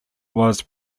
was